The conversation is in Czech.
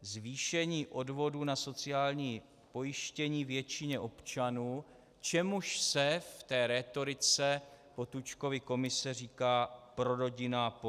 zvýšení odvodů na sociální pojištění většině občanů, čemuž se v té rétorice Potůčkovy komise říká prorodinná politika.